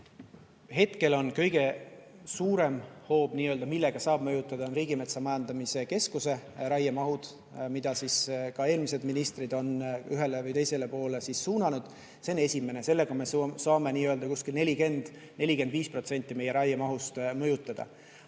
Aitäh! Hetkel on kõige suurem hoob, millega saab mõjutada, Riigimetsa Majandamise Keskuse raiemahud, mida ka eelmised ministrid on ühele või teisele poole suunanud. See on esimene, sellega me saame 40–45% meie raiemahust mõjutada.